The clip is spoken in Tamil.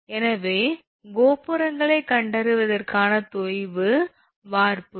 எனவே கோபுரங்களைக் கண்டறிவதற்கான தொய்வு வார்ப்புரு